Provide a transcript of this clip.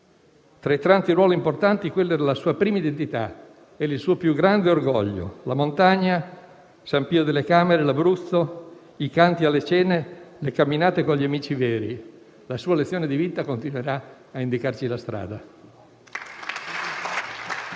Tra i tanti ruoli importanti, quella era la sua prima identità, il suo più grande orgoglio: la montagna, San Pio delle Camere, l'Abruzzo, i canti alle cene, le camminate con gli amici veri. La sua lezione di vita continuerà a indicarci la strada.